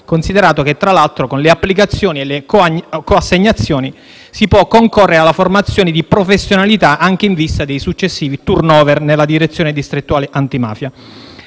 considerato che, tra l'altro, con le applicazioni o le co-assegnazioni, si può concorrere alla formazione di professionalità anche in vista dei successivi *turnover* nella Direzione distrettuale antimafia.